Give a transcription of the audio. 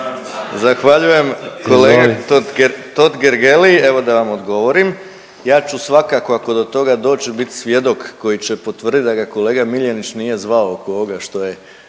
Sanader: Izvoli./… Totgergeli, evo da vam odgovorim. Ja ću svakako ako do toga dođe bit svjedok koji će potvrdit da ga kolega Miljenić nije zvao oko ovoga što je